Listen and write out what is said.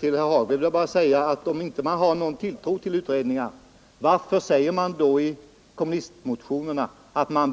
Herr talman! Om herr Hagberg inte har någon tilltro till utredningar, vill jag fråga varför man i kommunistmotionerna